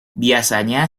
biasanya